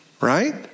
Right